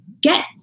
get